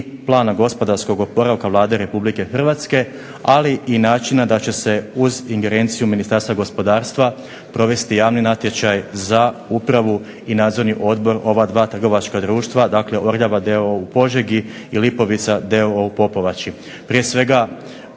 plana gospodarskog oporavka Vlade Republike Hrvatske ali i načina da će se uz ingerenciju Ministarstva gospodarstva provesti javni natječaj za upravu i nadzorni odbor ova dva trgovačka društva, dakle "Orljava" d.o.o u Požegi i "Lipovica" d.o.o. u POpovači. Prije svega